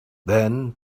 then